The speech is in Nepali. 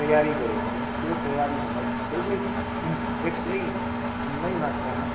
तयारी गरेको थियौँ त्यो तयारीभन्दा बेग्लै बेग्लै नै मात्रामा